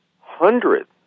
hundreds